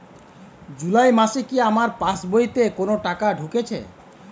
জুলাই মাসে কি আমার পাসবইতে কোনো টাকা ঢুকেছে?